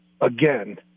again